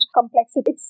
complexity